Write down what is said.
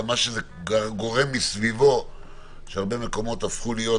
אלא בגלל מה שזה גורם מסביב - שהרבה מקומות הפכו להיות